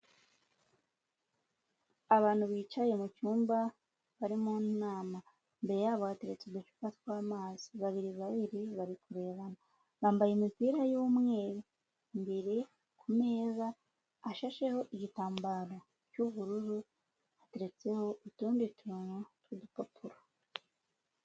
Abantu bicaye mu cyumba bari mu nama, imbere yabo hateretse uducupa tw'amazi, babiri babiri bari kurebana, bambaye imipira y'umweru, imbere ku meza hashasheho igitambaro cy'ubururu hateretseho utundi tuntu tw'udupapuro.